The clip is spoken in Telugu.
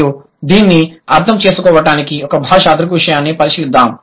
మరియు దీన్ని అర్థం చేసుకోవటానికి ఒక భాషా దృగ్విషయాన్ని పరిశీలిద్దాం